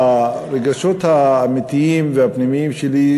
הרגשות האמיתיים והפנימיים שלי,